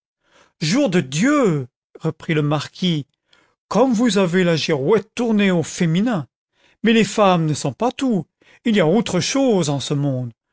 jour de dieu reprit le marquis comme vous avez la girouette tournée au féminin mais les femmes ne sont pas tout il y a autre chose en ce monde